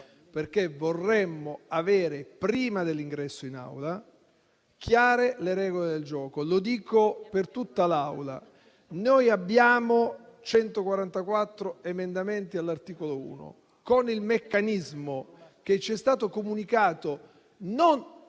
perché vorremmo avere chiare, prima dell'ingresso in Aula, le regole del gioco. Lo dico per tutta l'Aula: noi abbiamo 144 emendamenti all'articolo 1. Con il meccanismo che ci è stato comunicato, non